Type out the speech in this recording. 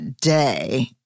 day